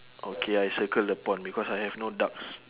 okay I circle the pond because I have no ducks